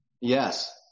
yes